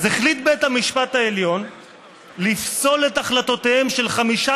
אז החליט בית המשפט העליון לפסול את החלטותיהם של חמישה